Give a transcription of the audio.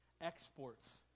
exports